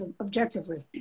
objectively